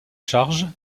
charge